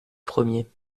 premier